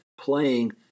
playing